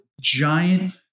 giant